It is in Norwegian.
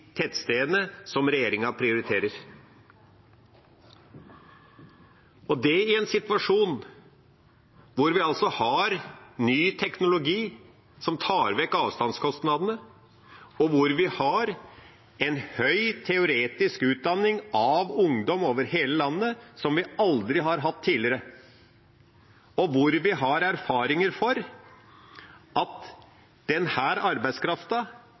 tettstedene som regjeringa prioriterer – og det i en situasjon da vi har ny teknologi som tar vekk avstandskostnadene, der vi har en høy teoretisk utdanning av ungdom over hele landet som vi aldri har hatt tidligere, og der vi har erfaring for at